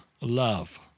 love